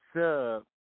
sub